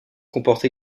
comporte